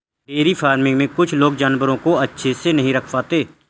dairy farming में कुछ लोग जानवरों को अच्छे से नहीं रख पाते